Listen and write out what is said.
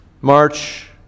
March